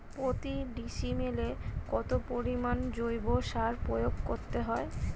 প্রতি ডিসিমেলে কত পরিমাণ জৈব সার প্রয়োগ করতে হয়?